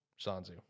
Sanzu